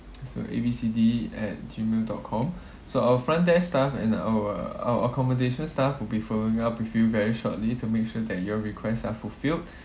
so A B C D E at gmail dot com so our front desk staff and our our accommodation staff will be following up with you very shortly to make sure that your request are fulfilled